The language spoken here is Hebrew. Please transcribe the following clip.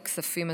אין נגד.